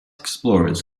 explorers